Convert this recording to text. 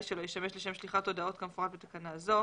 שלו ישמש לשם שליחת הודעות כמפורט בתקנה זו,